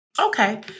Okay